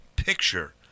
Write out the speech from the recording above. picture